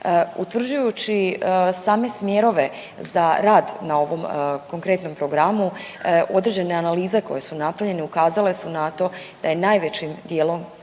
Utvrđujući same smjerove za rad na ovom konkretnom programu određene analize koje su napravljene ukazale su na to da je najvećim dijelom